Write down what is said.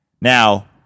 Now